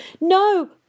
No